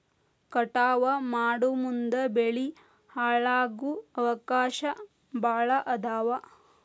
ಕಟಾವ ಮಾಡುಮುಂದ ಬೆಳಿ ಹಾಳಾಗು ಅವಕಾಶಾ ಭಾಳ ಅದಾವ